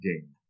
game